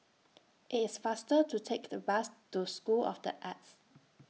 IT IS faster to Take The Bus to School of The Arts